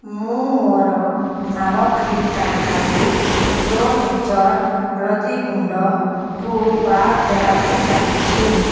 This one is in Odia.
ମୁଁ ମୋର ସାମଗ୍ରୀ ତାଲିକାରୁ ପ୍ରୋ ନେଚର୍ ହଳଦୀ ଗୁଣ୍ଡକୁ ବାଦ୍ ଦେବାକୁ ଚାହୁଁଛି